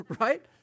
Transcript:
right